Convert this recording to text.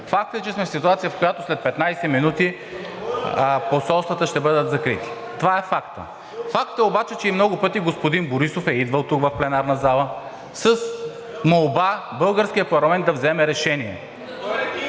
Факт е, че сме в ситуация, в която след 15 минути посолствата ще бъдат закрити, това е факт. Факт е обаче, че и много пъти господин Борисов е идвал тук в пленарната залата с молба българският парламент да вземе решение.